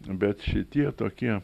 bet šitie tokie